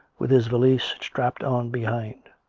with his valise strapped on behind.